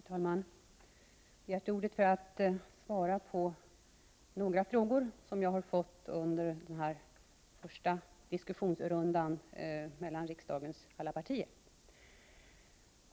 Herr talman! Jag har begärt ordet för att svara på några frågor som jag har fått under den första diskussionsrundan mellan riksdagens alla partier.